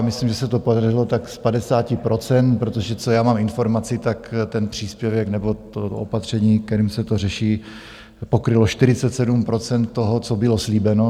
Myslím, že se to podařilo tak z padesáti procent, protože co mám informaci, ten příspěvek nebo to opatření, kterým se to řeší, pokrylo 47 % toho, co bylo slíbeno.